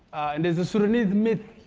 and there's a sudanese myth.